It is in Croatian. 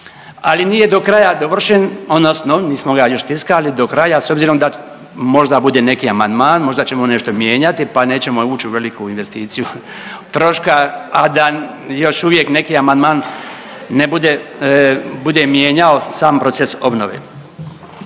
ali nije do kraja dovršen odnosno nismo ga još tiskali do kraja s obzirom da možda bude neki amandman, možda ćemo nešto mijenjati pa nećemo uć u veliku investiciju troška, a da još uvijek neki amandman ne bude, bude mijenjao sam proces obnove.